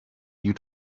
you